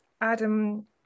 Adam